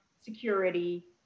security